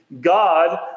God